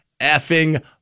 effing